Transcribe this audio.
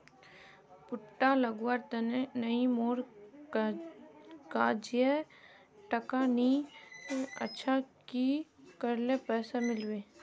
भुट्टा लगवार तने नई मोर काजाए टका नि अच्छा की करले पैसा मिलबे?